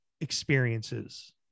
experiences